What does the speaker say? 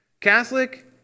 Catholic